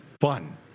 fun